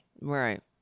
Right